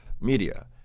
media